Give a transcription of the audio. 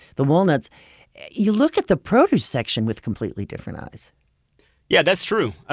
the walnuts you look at the produce section with completely different eyes yeah that's true.